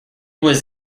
was